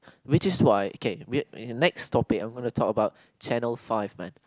which is why okay we~ next topic I'm gonna talk about Channel Five man